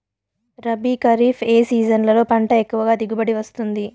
రబీ, ఖరీఫ్ ఏ సీజన్లలో పంట ఎక్కువగా దిగుబడి వస్తుంది